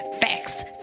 facts